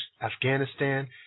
Afghanistan